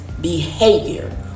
behavior